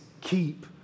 keep